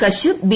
Kashyap B